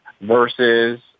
versus